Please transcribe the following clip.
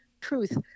truth